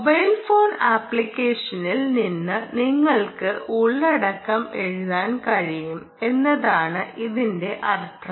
mobile phone അപ്ലിക്കേഷനിൽ നിന്ന് നിങ്ങൾക്ക് ഉള്ളടക്കം എഴുതാൻ കഴിയും എന്നതാണ് ഇതിന്റെ അർത്ഥം